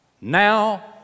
now